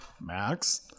Max